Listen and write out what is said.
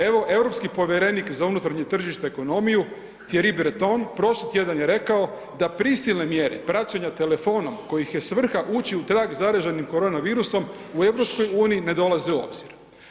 Evo europski povjerenik za unutarnje tržište i ekonomiju Thierry Breton prošli tjedan je rekao da prisilne mjere praćenja telefonom kojih je svrha ući u trag zaraženim korona virusom u EU ne dolaze u obzir.